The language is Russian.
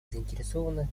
заинтересованных